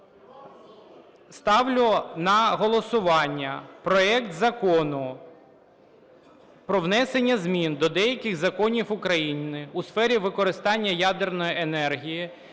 Ставлю на голосування проект Закону про внесення змін до деяких законів України у сфері використання ядерної енергії